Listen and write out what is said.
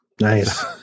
Nice